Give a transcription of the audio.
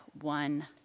one